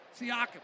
Siakam